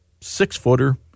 Six-footer